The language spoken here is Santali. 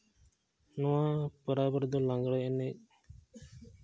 ᱱᱚᱣᱟ ᱯᱚᱨᱚᱵᱽ ᱨᱮᱫᱚ ᱞᱟᱜᱽᱬᱮ ᱮᱱᱮᱡ